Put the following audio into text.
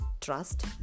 trust